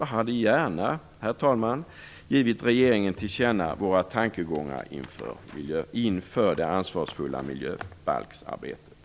Jag hade gärna, herr talman, givit regeringen till känna våra tankegångar inför det ansvarsfulla miljöbalksarbetet.